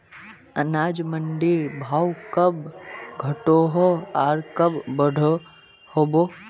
अनाज मंडीर भाव कब घटोहो आर कब बढ़ो होबे?